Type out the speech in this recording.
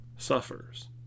suffers